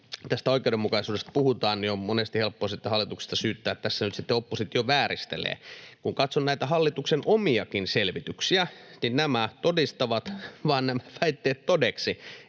tästä oikeudenmukaisuudesta puhutaan, niin on monesti helppo sitten hallituksesta syyttää, että tässä nyt sitten oppositio vääristelee. Kun katson näitä hallituksen omiakin selvityksiä, niin nämä vaan todistavat nämä väitteet tosiksi.